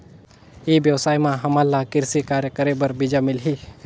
ई व्यवसाय म हामन ला कृषि कार्य करे बर बीजा मिलही?